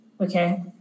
Okay